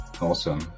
Awesome